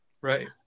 Right